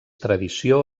tradició